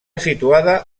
situada